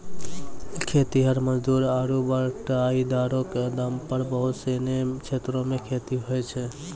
खेतिहर मजदूर आरु बटाईदारो क दम पर बहुत सिनी क्षेत्रो मे खेती होय छै